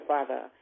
Father